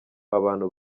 abantu